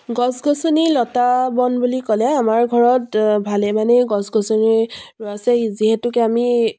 গছ গছনি লতা বন বুলি ক'লে আমাৰ ঘৰত ভালেমানে গছ গছনি আছে যিহেতুকে আমি